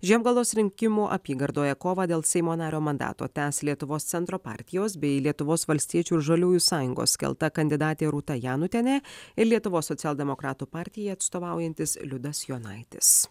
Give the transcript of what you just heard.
žiemgalos rinkimų apygardoje kovą dėl seimo nario mandato tęs lietuvos centro partijos bei lietuvos valstiečių ir žaliųjų sąjungos kelta kandidatė rūta janutienė ir lietuvos socialdemokratų partijai atstovaujantis liudas jonaitis